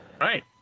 Right